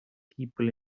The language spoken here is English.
people